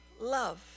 love